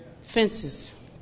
fences